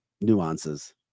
nuances